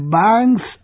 bank's